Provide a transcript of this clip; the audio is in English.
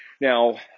Now